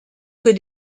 que